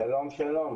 שלום, שלום.